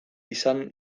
izan